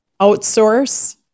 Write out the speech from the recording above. outsource